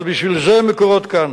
אבל בשביל זה "מקורות" כאן.